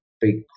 big